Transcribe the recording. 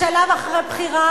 בשלב אחרי לידה,